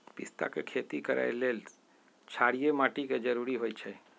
पिस्ता के खेती करय लेल क्षारीय माटी के जरूरी होई छै